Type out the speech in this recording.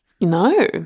No